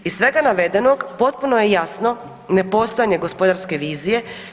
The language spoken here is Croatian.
Iz svega navedenog potpuno je jasno nepostojanje gospodarske vizije.